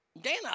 Dan